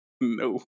No